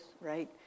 right